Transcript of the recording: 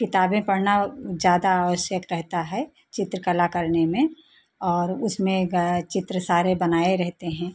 किताबें पढ़ना ज़्यादा आवश्यक रहता है चित्रकला करने में और उसमें चित्र सारे बनाए रहते हैं